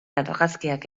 argazkiak